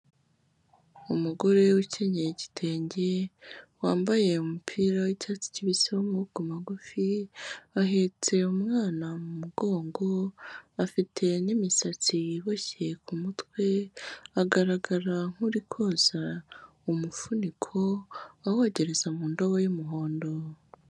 Umugore ukenyeye igitenge wambaye umupira w'icyatsi kibisi w'amaboko magufi, ahetse umwana mu mugongo, afite n'imisatsi iboshye ku mutwe, agaragara nk'uri koza umufuniko awogereza mu ndobo y'umuhondo.